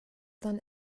dann